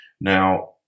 now